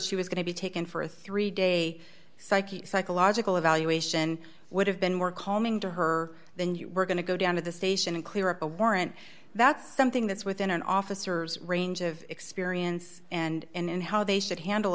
she was going to be taken for a three day psyche psychological evaluation would have been were calling to her then you were going to go down to the station and clear up a warrant that's something that's within an officer's range of experience and how they should handle